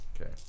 Okay